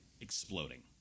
exploding